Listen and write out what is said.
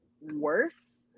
worse